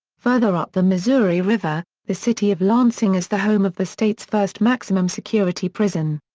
further up the missouri river, the city of lansing is the home of the state's first maximum-security prison.